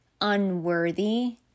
unworthy